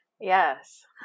yes